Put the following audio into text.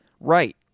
right